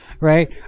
Right